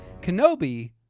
Kenobi